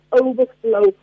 overflow